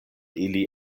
ili